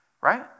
right